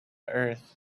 earth